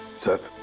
sir?